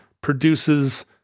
produces